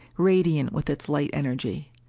radiant with its light energy.